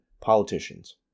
politicians